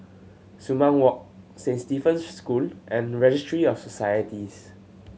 Sumang Walk Saint Stephen's School and Registry of Societies